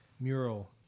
mural